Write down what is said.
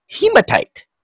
Hematite